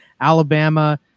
Alabama